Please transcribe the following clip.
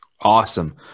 Awesome